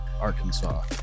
Arkansas